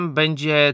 będzie